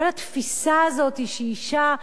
כל התפיסה הזאת שאשה,